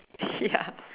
ya